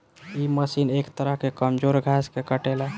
इ मशीन एक तरह से कमजोर घास के काटेला